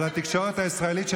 לתקשורת הישראלית,